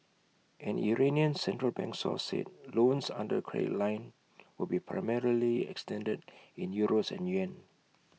an Iranian central bank source said loans under the credit line would be primarily extended in euros and yuan